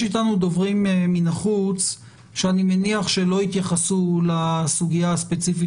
יש איתנו דוברים מן החוץ שאני מניח שלא יתייחסו לסוגיה הספציפית